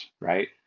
right